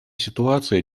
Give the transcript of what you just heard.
ситуация